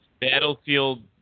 Battlefield